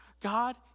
God